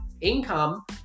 income